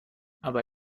aber